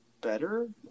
better